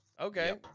Okay